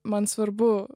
man svarbu